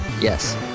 Yes